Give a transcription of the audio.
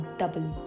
double